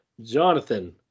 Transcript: Jonathan